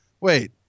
wait